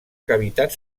cavitat